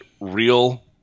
real